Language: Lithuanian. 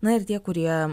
na ir tie kurie